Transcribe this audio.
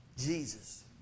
Jesus